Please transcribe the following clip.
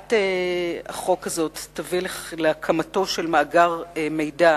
הצעת החוק הזאת תביא להקמתו של מאגר מידע